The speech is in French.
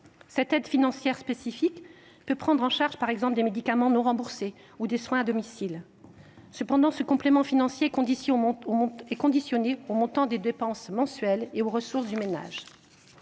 Cette aide financière spécifique peut prendre en charge, par exemple, des médicaments non remboursés ou des soins à domicile. Cependant, ce complément financier est conditionné au montant des dépenses mensuelles et aux ressources du ménage.